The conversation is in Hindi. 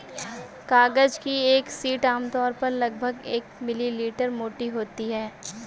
कागज की एक शीट आमतौर पर लगभग एक मिलीमीटर मोटी होती है